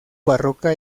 barroca